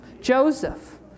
Joseph